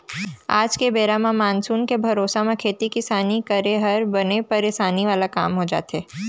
आज के बेरा म मानसून के भरोसा म खेती किसानी करे हर बने परसानी वाला काम हो जाथे